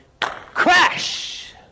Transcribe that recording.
crash